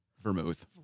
Vermouth